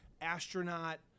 astronaut